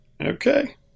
Okay